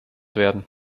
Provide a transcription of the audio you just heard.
werden